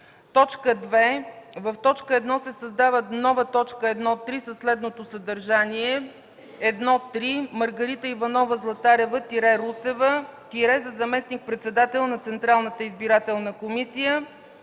2. В т. 1 се създава нова т. 1.3 със следното съдържание: „1.3. Маргарита Иванова Златарева-Русева – за заместник-председател на Централната избирателна комисия.